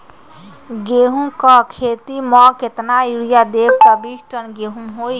गेंहू क खेती म केतना यूरिया देब त बिस टन गेहूं होई?